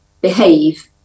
behave